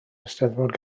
eisteddfod